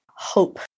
hope